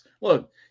look